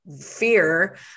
fear